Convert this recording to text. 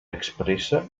expressa